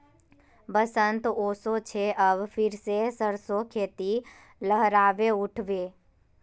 बसंत ओशो छे अब फिर से सरसो खेती लहराबे उठ बे